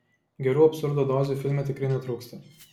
gerų absurdo dozių filme tikrai netrūksta